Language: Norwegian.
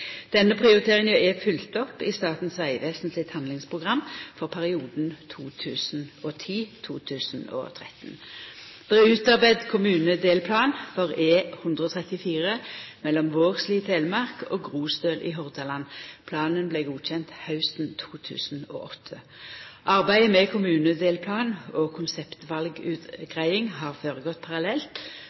Denne prioriteringa er følgd opp i Statens vegvesen sitt handlingsprogram for perioden 2010–2013. Det er utarbeidd kommunedelplan for E134 mellom Vågslid i Telemark og Grostøl i Hordaland. Planen vart godkjend hausten 2008. Arbeidet med kommunedelplan og konseptvalutgreiing har føregått parallelt.